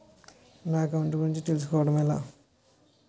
నా అకౌంట్ గురించి తెలుసు కోవడం ఎలా?